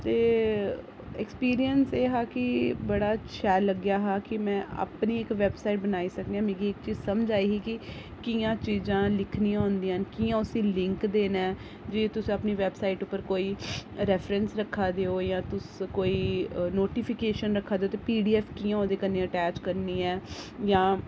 ते एक्सपीरियंस एह् हा कि बड़ा शैल लग्गेआ हा कि में अपनी इक वैबसाइट बनाई सकनी आं ते मिगी इक चीज समझ आई ही कि कि'यां चीजां लिखनियां होंदियां न कि'यां उसी लिंक देना ऐ जि'यां तुस अपनी वैबसाइट पर कोई रेफरेंस रक्खा देओ जां तुस कोई नोटिफिकेशन रखा देओ ते फ्ही पीडीएफ कि'यां औह्दे कन्नै अटैच करनी ऐ जां